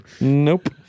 Nope